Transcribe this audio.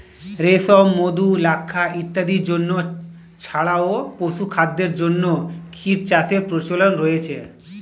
রেশম, মধু, লাক্ষা ইত্যাদির জন্য ছাড়াও পশুখাদ্যের জন্য কীটচাষের প্রচলন রয়েছে